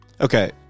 Okay